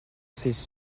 ses